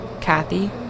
Kathy